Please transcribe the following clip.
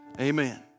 Amen